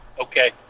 okay